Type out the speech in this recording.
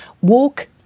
walk